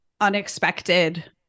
unexpected